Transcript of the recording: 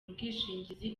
ubwishingizi